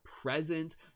present